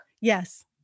Yes